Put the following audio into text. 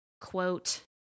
quote